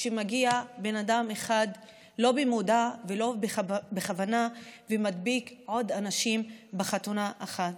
כשמגיע אדם אחד ולא במודע ולא בכוונה מדביק עוד אנשים בחתונה אחת.